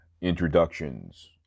introductions